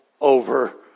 over